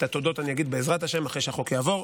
את התודות אני אגיד, בעזרת השם, אחרי שהחוק יעבור.